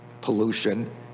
pollution